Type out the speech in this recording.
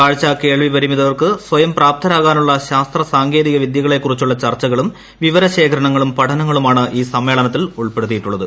കാഴ്ച കേൾവി പരിമിതർക്കു സ്വയം പ്രാപ്തരാകാനുളള ശാസ്ത്ര സാങ്കേതിക വിദ്യകളെക്കുറിച്ചുള്ള ചർച്ചകളും വിവരശേഖരണങ്ങളും പഠനങ്ങളുമാണ് സമ്മേളനത്തിൽ ഉൾപ്പെടുത്തിയിട്ടുള്ളത്